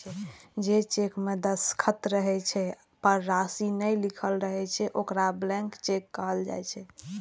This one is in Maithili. जे चेक मे दस्तखत रहै छै, पर राशि नै लिखल रहै छै, ओकरा ब्लैंक चेक कहल जाइ छै